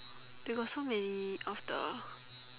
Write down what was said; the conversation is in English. they got so many of the